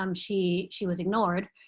um she she was ignored,